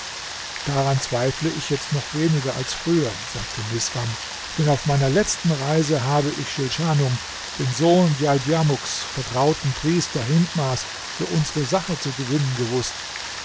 daran zweifle ich jetzt noch weniger als früher sagte misram denn auf meiner letzten reise habe ich schilschanum den sohn djaldjamuks vertrauten priester hindmars für unsere sache zu gewinnen gewußt